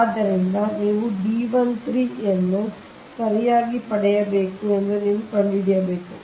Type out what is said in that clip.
ಆದ್ದರಿಂದ ಇದು ನೀವು D 13 ಅನ್ನು ಸರಿಯಾಗಿ ಪಡೆಯಬೇಕು ಎಂದು ನೀವು ಕಂಡುಹಿಡಿಯಬೇಕು